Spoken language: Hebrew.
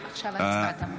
ההצבעה תמה.